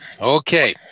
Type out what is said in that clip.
Okay